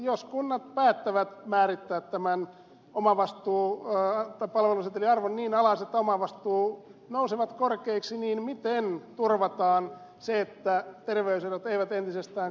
jos kunnat päättävät määrittää tämän palvelusetelin arvon niin alas että omavastuut nousevat korkeiksi niin miten turvataan se että terveyserot eivät entisestään kasva